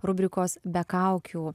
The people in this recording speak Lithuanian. rubrikos be kaukių